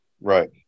Right